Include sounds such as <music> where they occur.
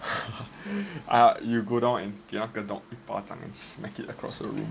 <laughs> you go down and smack it across the room